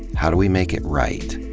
how do we make it right,